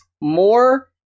more